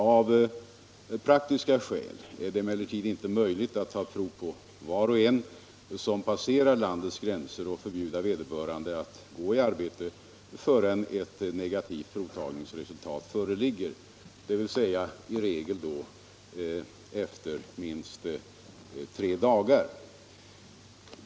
Av praktiska skäl är det emellertid inte möjligt att ta prov på var och en som passerar landets gränser och att förbjuda vederbörande att gå i arbete innan ett negativt provtagningsresultat föreligger, dvs. i regel efter minst tre dagar.